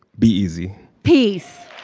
be easy peace